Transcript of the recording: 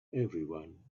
everyone